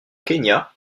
kenya